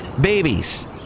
Babies